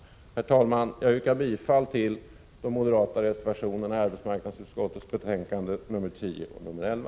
Herr talman! Jag yrkar bifall till de moderata reservationerna i arbetsmarknadsutskottets betänkanden 10 och 11.